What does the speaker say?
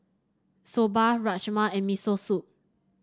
Soba Rajma and Miso Soup